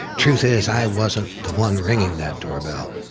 truth is i wasn't the one ringing that doorbell.